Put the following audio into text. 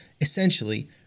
essentially